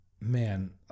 Man